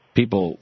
people –